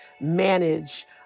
manage